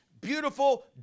beautiful